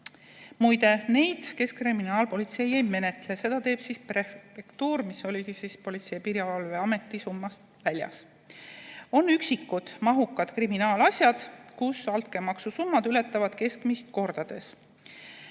Muide, neid asju Keskkriminaalpolitsei ei menetle, seda teeb prefektuur, mis oli Politsei- ja Piirivalveameti summast väljas. On üksikud mahukad kriminaalasjad, kus altkäemaksu summad ületavad keskmist kordades.